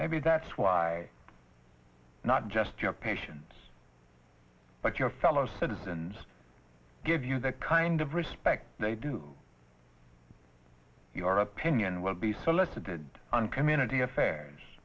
maybe that's why not just your patients but your fellow citizens give you the kind of respect they do your opinion will be solicited on community affairs